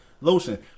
lotion